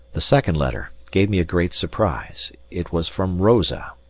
the second letter gave me a great surprise. it was from rosa.